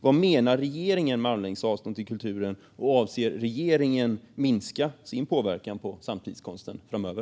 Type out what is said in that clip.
Vad menar regeringen med armlängds avstånd till kulturen, och avser regeringen att minska sin påverkan på samtidskonsten framöver?